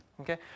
Okay